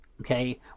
Okay